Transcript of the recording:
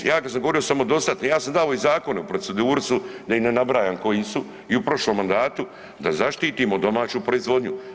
Mi, ja kad sam govorio o samodostatni, ja sam dao i zakone, u proceduri su, da ih ni ne nabrajam koji su i u prošlom mandatu, da zaštitimo domaću proizvodnju.